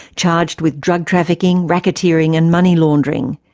charged with drug trafficking, racketeering, and money laundering.